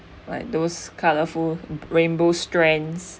like those colourful rainbow strands